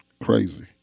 crazy